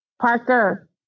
parker